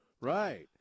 Right